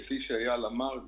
כפי שאייל אמר,